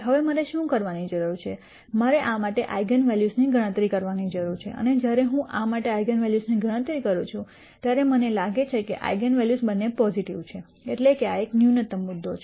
હવે મારે શું કરવાની જરૂર છે કે મારે આ માટે આઇગન વૅલ્યુઝની ગણતરી કરવાની જરૂર છે અને જ્યારે હું આ માટે આઇગન વૅલ્યુઝની ગણતરી કરું છું ત્યારે મને લાગે છે કે આઇગન વૅલ્યુઝ બંને પોઝિટિવ છે એટલે કે આ એક ન્યુનત્તમ મુદ્દો છે